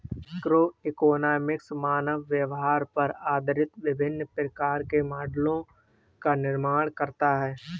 microeconomics मानव व्यवहार पर आधारित विभिन्न प्रकार के मॉडलों का निर्माण करता है